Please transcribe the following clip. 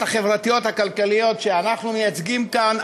החברתיות-כלכליות שאנחנו מייצגים כאן,